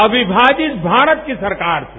अविमाजित भारत की सरकार थी